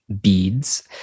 beads